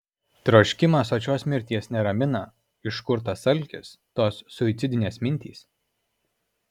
troškimas sočios mirties neramina iš kur tas alkis tos suicidinės mintys